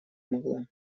могла